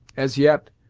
as yet,